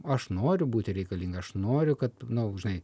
aš noriu būti reikalinga aš noriu kad nu žinai